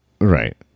Right